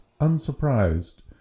unsurprised